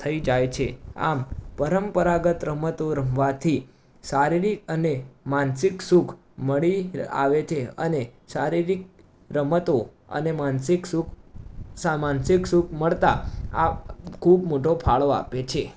થઈ જાય છે આમ પરંપરાગત રમતો રમવાથી શારીરિક અને માનસિક સુખ મળી આવે છે અને શારીરિક રમતો અને માનસિક સુખ મળતા આ ખૂબ મોટો ફાળો આપે છે